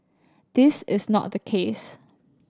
this is not the case